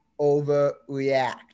overreact